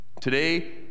Today